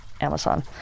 Amazon